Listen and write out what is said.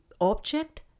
object